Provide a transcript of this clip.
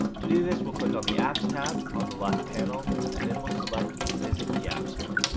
to do this, we'll click on the apps tab on the left panel and then we'll select visit the app store.